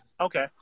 Okay